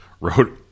wrote